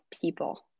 people